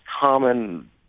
common